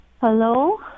Hello